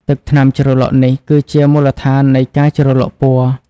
ទឹកថ្នាំជ្រលក់នេះគឺជាមូលដ្ឋាននៃការជ្រលក់ពណ៌។